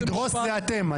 לדרוס זה אתם.